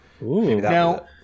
now